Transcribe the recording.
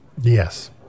Yes